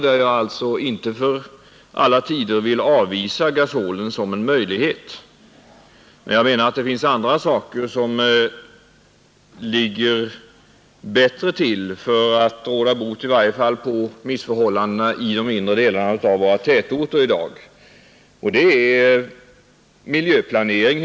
Jag vill alltså inte för alla tider avvisa gasolen som en möjlighet, men jag menar att det finns andra åtgärder som ligger bättre till för att råda bot på missförhållandena, i varje fall i de inre delarna av våra tätorter. Det är helt enkelt en fråga om miljöplanering.